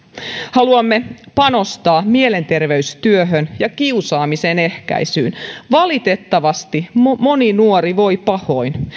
haluamme panostaa mielenterveystyöhön ja kiusaamisen ehkäisyyn valitettavasti moni nuori voi pahoin